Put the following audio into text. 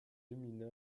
gmina